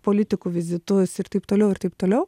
politikų vizitus ir taip toliau ir taip toliau